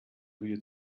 wieder